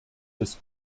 des